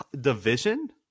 division